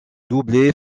doublé